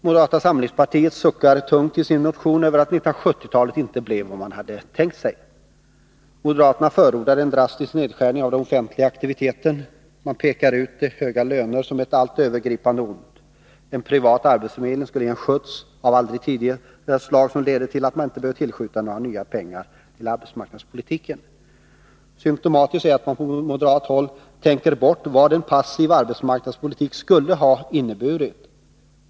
Moderata samlingspartiet suckar tungt i sin motion över att 1970-talet inte blev vad man hade tänkt sig. Moderaterna förordar en drastisk nedskärning av aktiviteten på det offentliga området. Man pekar ut höga löner som ett allt övergripande ont. En privat arbetsförmedling skulle ge en skjuts av aldrig tidigare slag, som skulle leda till att man inte skulle behöva tillskjuta några nya pengar till arbetsmarknadspolitiken. Symtomatiskt är att man på moderat håll tänker bort vad en passiv arbetsmarknadspolitik skulle ha inneburit.